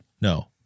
No